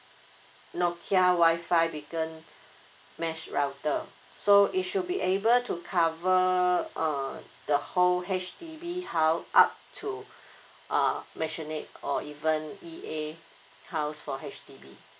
nokia WI-FI vacant mesh router so it should be able to cover uh the whole H_D_B house up to uh mention it or even E_A house for H_D_B